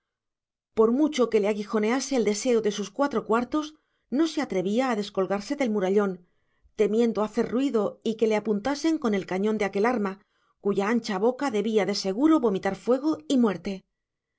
por mucho que le aguijonease el deseo de sus cuatro cuartos no se atrevía a descolgarse del murallón temiendo hacer ruido y que le apuntasen con el cañón de aquel arma cuya ancha boca debía de seguro vomitar fuego y muerte